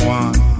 one